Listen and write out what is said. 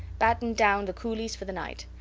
battened down the coolies for the night.